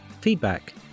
feedback